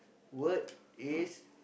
word is